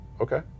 okay